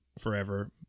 forever